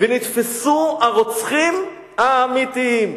ונתפסו הרוצחים האמיתיים.